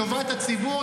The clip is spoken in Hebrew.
טובת הציבור,